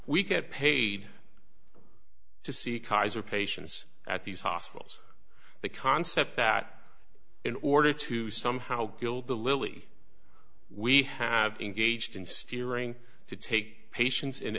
we get paid to see kaiser patients at these hospitals the concept that in order to somehow gild the lily we have engaged in steering to take patien